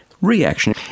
reaction